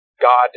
God